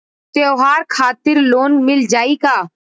त्योहार खातिर लोन मिल जाई का?